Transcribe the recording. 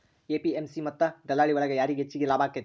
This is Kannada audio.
ಎ.ಪಿ.ಎಂ.ಸಿ ಮತ್ತ ದಲ್ಲಾಳಿ ಒಳಗ ಯಾರಿಗ್ ಹೆಚ್ಚಿಗೆ ಲಾಭ ಆಕೆತ್ತಿ?